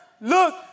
look